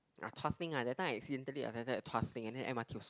ah Tuas Link lah that time I accidentally alighted at Tuas Link and then m_r_t was so